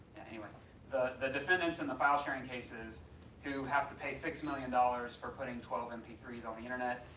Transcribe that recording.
the the defendants in the file sharing cases who have to pay six million dollars for putting twelve m p three s on the internet,